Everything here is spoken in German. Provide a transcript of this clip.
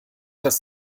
das